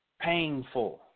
painful